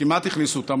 כמעט הכניסו אותם,